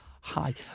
Hi